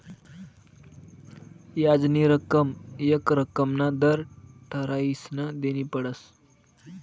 याजनी रक्कम येक रक्कमना दर ठरायीसन देनी पडस